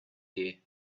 here